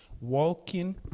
Walking